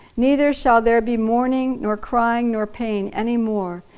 neither shall there be mourning nor crying nor pain any more,